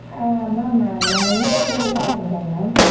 ma'am நான் நாங்கள் ஈரோட்டில் இருந்து கால் பண்ணுறோங்க மேம்